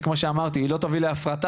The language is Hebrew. שכמו שאמרתי היא לא תביא להפרטה,